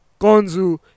Konzu